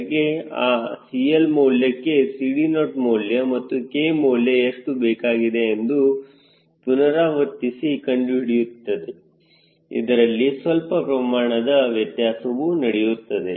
ಹಾಗೆ ಆ CL ಮೌಲ್ಯಕ್ಕೆ CD0 ಮೌಲ್ಯ ಮತ್ತು K ಮೌಲ್ಯ ಎಷ್ಟು ಬೇಕಾಗಿದೆ ಎಂದು ಪುನರಾವರ್ತಿಸಿ ಕಂಡುಹಿಡಿಯುತ್ತದೆ ಅದರಲ್ಲಿ ಸ್ವಲ್ಪ ಪ್ರಮಾಣದ ವ್ಯತ್ಯಾಸವೂ ನಡೆಯುತ್ತದೆ